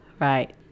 right